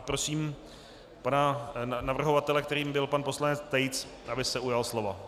Prosím pana navrhovatele, kterým byl pan poslanec Tejc, aby se ujal slova.